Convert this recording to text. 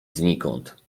znikąd